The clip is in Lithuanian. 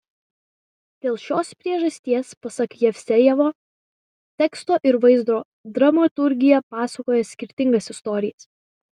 dėl šios priežasties pasak jevsejevo teksto ir vaizdo dramaturgija pasakoja skirtingas istorijas